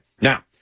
Now